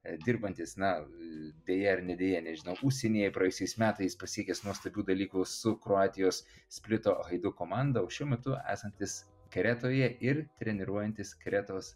dirbantis na deja ar ne deja nežinau užsienyje praėjusiais metais pasiekęs nuostabių dalykų su kroatijos splito hajduk komanda o šiuo metu esantis kretoje ir treniruojantis kretos